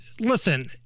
listen—